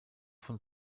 von